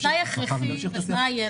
אבל התנאי הכרחי, אז מה יהיה?